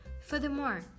Furthermore